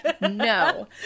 no